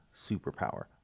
superpower